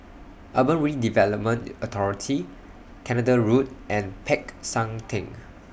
Urban Redevelopment Authority Canada Road and Peck San Theng